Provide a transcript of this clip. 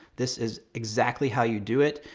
this is exactly how you do it.